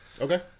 Okay